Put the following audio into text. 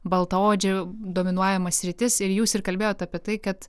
baltaodžių dominuojama sritis ir jūs ir kalbėjot apie tai kad